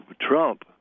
Trump